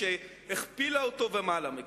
שהכפילה אותו ומעלה מכך.